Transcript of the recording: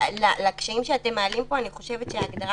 לקשיים שאתם מעלים פה אני חושבת שההגדרה